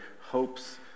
hopes